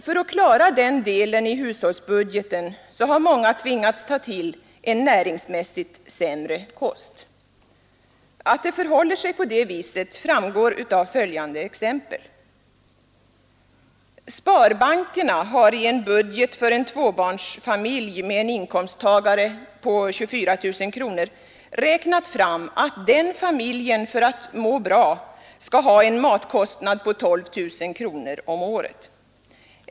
För att klara den delen i hushållsbudgeten har många tvingats ta till en ur näringssynpunkt sämre kost. Att det förhåller sig på det viset framgår av följande exempel: Sparbankerna har i en budget för en tvåbarnsfamilj med en inkomst på 24 000 kronor räknat fram att denna familj för att må bra skall ha en matkostnad på 12 000 kronor om året.